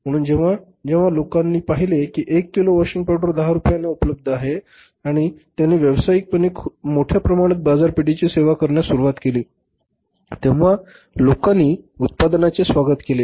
म्हणून जेव्हा जेव्हा लोकांना पाहिले की 1 किलो वॉशिंग पावडर 10 रुपयांना उपलब्ध आहे आणि त्याने व्यावसायिकपणे मोठ्या प्रमाणात बाजारपेठेची सेवा करण्यास सुरुवात केली तेव्हा लोकांनी उत्पादनाचे स्वागत केले